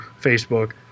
Facebook